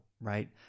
right